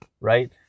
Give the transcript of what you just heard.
right